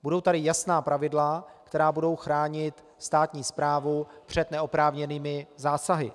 Budou tady jasná pravidla, která budou chránit státní správu před neoprávněnými zásahy.